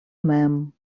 mem